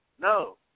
No